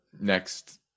next